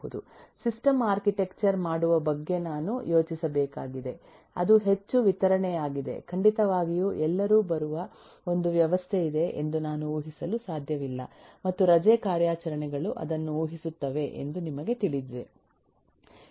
system architecture ಮಾಡುವ ಬಗ್ಗೆ ನಾನು ಯೋಚಿಸಬೇಕಾಗಿದೆ ಅದು ಹೆಚ್ಚು ವಿತರಣೆಯಾಗಿದೆ ಖಂಡಿತವಾಗಿಯೂ ಎಲ್ಲರೂ ಬರುವ ಒಂದು ವ್ಯವಸ್ಥೆ ಇದೆ ಎಂದು ನಾನು ಉಹಿಸಲು ಸಾಧ್ಯವಿಲ್ಲ ಮತ್ತು ರಜೆ ಕಾರ್ಯಾಚರಣೆಗಳು ಅದನ್ನು ಉಹಿಸುತ್ತವೆ ಎಂದು ನಿಮಗೆ ತಿಳಿದಿದೆ